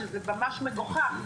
שזה ממש מגוחך,